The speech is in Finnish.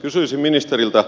kysyisin ministeriltä